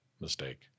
mistake